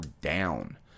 down